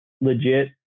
legit